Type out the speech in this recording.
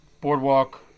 Boardwalk